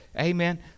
Amen